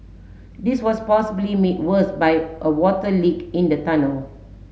this was possibly made worse by a water leak in the tunnel